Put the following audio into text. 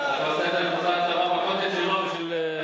אתה רוצה לתת את אותה הטבה ב"קוטג'" שלו ושל,